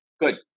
Good